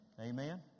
Amen